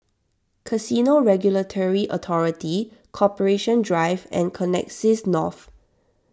Casino Regulatory Authority Corporation Drive and Connexis North